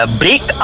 break